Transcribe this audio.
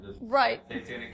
Right